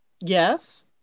Yes